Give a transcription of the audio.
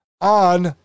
on